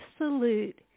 absolute